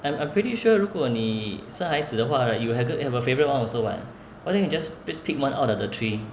I'm I'm pretty sure 如果你生孩子的话 right you will have a favourite one also [what] why don't you just just pick one out of the three